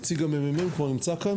נציג הממ"מ נמצא כאן?